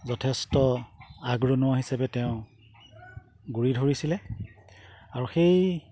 যথেষ্ট আগৰণুৱা হিচাপে তেওঁ গুৰি ধৰিছিলে আৰু সেই